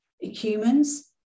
humans